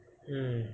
mm